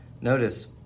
notice